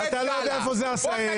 אתה לא יודע איפה זה עשהאל.